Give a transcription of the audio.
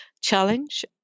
challenge